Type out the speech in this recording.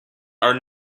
are